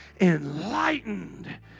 enlightened